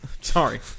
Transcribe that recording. Sorry